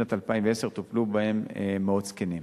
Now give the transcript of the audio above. בשנת 2010 טופלו בהם מאות זקנים.